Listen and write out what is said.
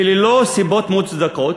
וללא סיבות מוצדקות